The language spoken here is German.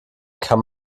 kann